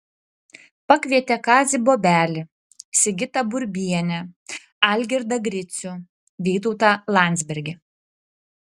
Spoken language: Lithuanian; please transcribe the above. pakvietė kazį bobelį sigitą burbienę algirdą gricių vytautą landsbergį